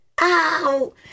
Ow